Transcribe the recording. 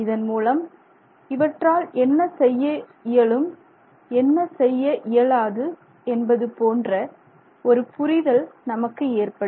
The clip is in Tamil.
இதன் மூலம் இவற்றால் என்ன செய்ய இயலும் என்ன செய்ய இயலாது என்பது போன்ற ஒரு புரிதல் நமக்கு ஏற்படும்